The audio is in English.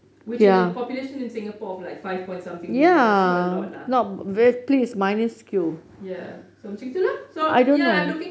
which in the population in singapore of like five point something million is not a lot lah ya so macam gitu lah ya I'm looking